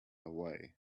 away